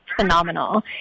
phenomenal